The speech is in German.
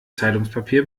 zeitungspapier